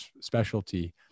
specialty